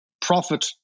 profit